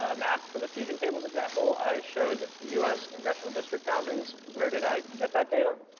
ah map for the fusion tables example, i showed u s. congressional district boundaries. where did i get that data?